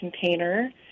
container